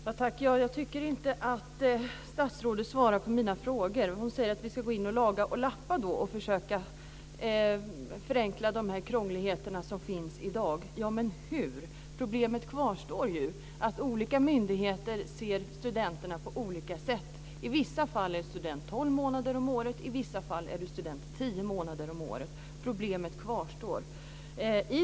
Fru talman! Jag tycker inte att statsrådet svarar på mina frågor. Hon säger att vi ska gå in och laga och lappa och försöka förenkla de krångligheter som finns i dag. Men hur? Problemet kvarstår att olika myndigheter ser studenterna på olika sätt. I vissa fall är man student tolv månader om året, i vissa fall är du student tio månader om året. Problemet kvarstår.